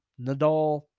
Nadal